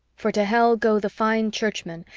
for to hell go the fine churchmen,